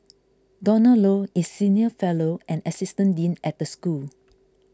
Donald Low is senior fellow and assistant dean at the school